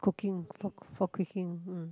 cooking for for cooking mm